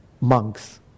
monks